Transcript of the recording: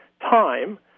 time